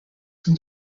from